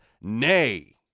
nay